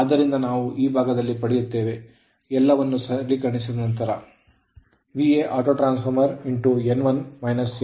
ಆದ್ದರಿಂದ ನಾವು ಪಡೆಯುವ ಈ ಎಲ್ಲಾ ವಿಷಯಗಳನ್ನು ಸರಳೀಕರಿಸಿದರೆ autoN1 N2N1